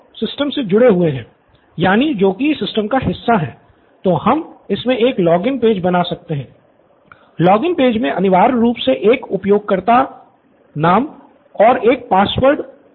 तो यह हमारा पहला पेज होगा